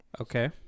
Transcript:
Okay